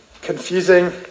confusing